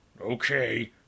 Okay